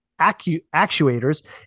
actuators